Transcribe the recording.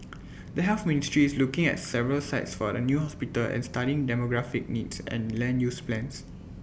the health ministry is looking at several sites for the new hospital and studying demographic needs and land use plans